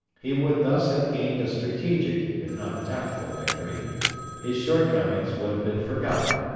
he would thus have gained a strategic if not a tactical victory his shortcomings would have been forgotten,